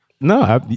No